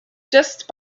just